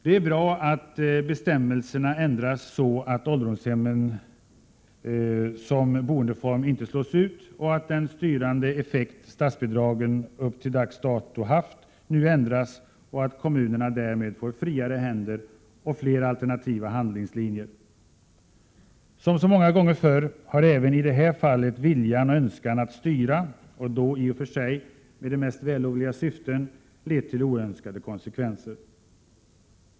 | Det är bra att bestämmelserna ändras så att ålderdomshemmen som | boendeform inte slås ut och att den styrande effekt som statsbidragen till dags dato haft nu ändras och att kommunerna därmed får friare händer och fler alternativa handlingslinjer. Som så många gånger förr har även i det här fallet viljan och önskan att styra — och då i och för sig med de mest vällovliga syften —- lett till oönskade konsekvenser.